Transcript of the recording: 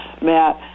Matt